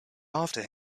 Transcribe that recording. after